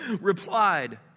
replied